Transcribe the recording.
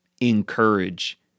encourage